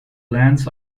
lands